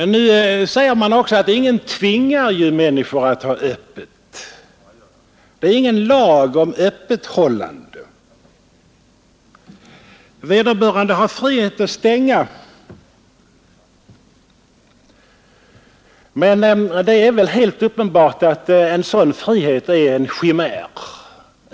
Nu säger man också att ingen tvingar ju människor att ha öppet — det är ingen lag om öppethållande, utan vederbörande har frihet att stänga. Men det är väl helt uppenbart att en sådan frihet är en chimär.